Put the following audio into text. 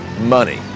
Money